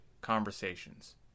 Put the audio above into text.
conversations